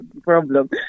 problem